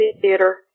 theater